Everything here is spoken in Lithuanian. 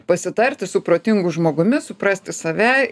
pasitarti su protingu žmogumi suprasti save